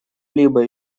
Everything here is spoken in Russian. либо